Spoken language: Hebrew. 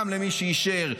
גם למי שאישר,